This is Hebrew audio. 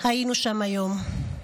היינו שם היום.